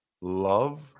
love